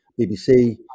BBC